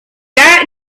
giant